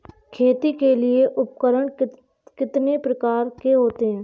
खेती के लिए उपकरण कितने प्रकार के होते हैं?